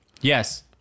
Yes